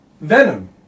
Venom